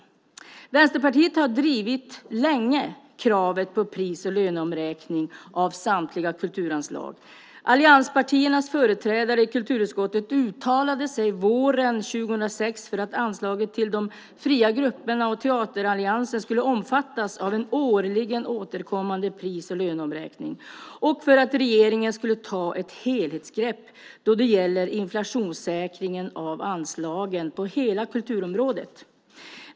Vänsterpartiet har länge drivit kravet på pris och löneomräkning av samtliga kulturanslag. Allianspartiernas företrädare i kulturutskottet uttalade sig våren 2006 för att anslaget till de fria grupperna och Teateralliansen skulle omfattas av en årligen återkommande pris och löneomräkning och för att regeringen skulle ta ett helhetsgrepp då det gäller inflationssäkringen av anslagen på hela kulturområdet.